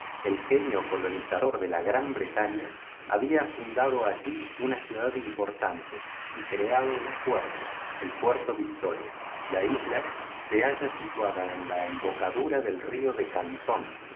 el genio colonizador de la gran bretaña había fundado allí una ciudad importante y creado un puerto el puerto victoria la isla se halla situada en la embocadura del río de cantón